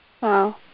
Wow